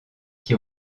qui